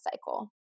cycle